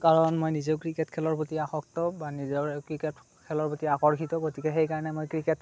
কাৰণ মই নিজেও ক্ৰিকেটখেলৰ প্ৰতি আসক্ত বা নিজৰে ক্ৰিকেট খেলৰ প্ৰতি আকৰ্ষিত গতিকে সেইকাৰণে মই ক্ৰিকেট